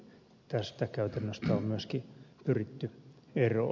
tästä käytännöstä on myöskin pyritty eroon